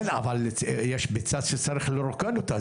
כן, אבל יש ביצה שצריך לרוקן אותה.